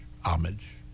Homage